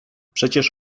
przecież